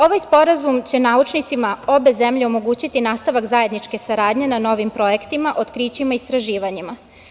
Ovaj sporazum će naučnicima obe zemlje omogućiti nastavak zajedničke saradnje na novim projektima, otkrićima i istraživanjima.